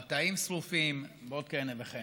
מטעים שרופים ועוד כהנה וכהנה.